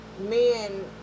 men